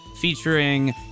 featuring